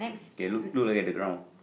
okay look look at the ground